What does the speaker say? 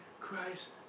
Christ